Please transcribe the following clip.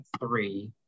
three